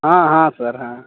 हाँ हाँ सर हाँ